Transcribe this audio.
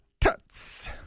Tuts